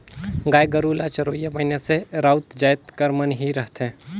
गाय गरू ल चरोइया मइनसे राउत जाएत कर मन ही रहथें